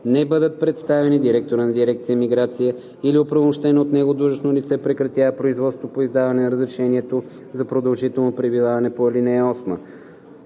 не бъдат представени, директорът на дирекция „Миграция“ или оправомощено от него длъжностно лице прекратява производството по издаване на разрешението за продължително пребиваване по ал. 8.